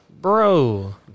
bro